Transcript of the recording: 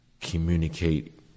Communicate